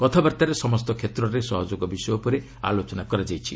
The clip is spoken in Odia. କଥାବାର୍ତ୍ତାରେ ସମସ୍ତ କ୍ଷେତ୍ରରେ ସହଯୋଗ ବିଷୟ ଉପରେ ଆଲୋଚନା କରାଯାଇଛି